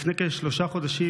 לפני כשלושה חודשים,